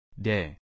Day